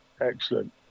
Excellent